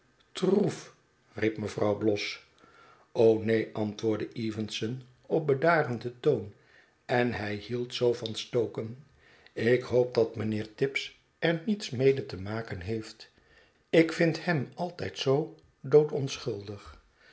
riep mevrouw bloss neen antwoordde evenson op bedarenden toon en hij hield zoo van stoken ik hoop dat meneer tibbs er niets mede te maken heeft ik vind hem altijd zoo